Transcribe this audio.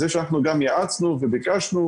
זה שאנחנו גם יעצנו וביקשנו,